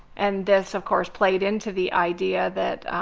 and this of course played into the idea that